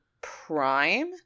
Prime